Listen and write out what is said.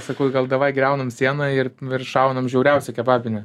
sakau gal davai griaunam sieną ir ir šaunam žiauriausią kebabinę